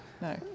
No